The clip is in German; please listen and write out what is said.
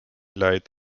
leid